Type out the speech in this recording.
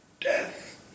death